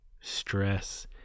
stress